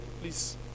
Please